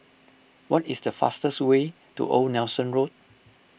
what is the fastest way to Old Nelson Road